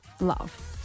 love